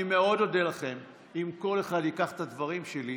אני מאוד אודה לכם אם כל אחד ייקח את הדברים שלי